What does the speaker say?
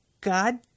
God